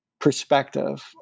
perspective